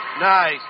Nice